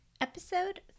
episode